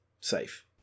safe